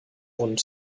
und